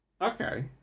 Okay